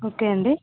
okay అండి